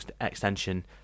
extension